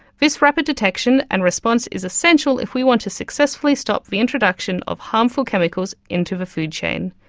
this rapid detection and response is essential if we want to successfully stop the introduction of harmful chemicals into the food chain.